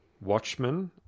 Watchmen